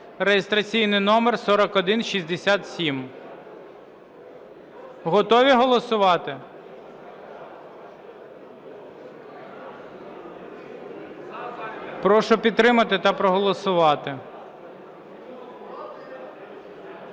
(реєстраційний номер 2695). Готові голосувати? Прошу підтримати та проголосувати.